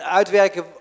uitwerken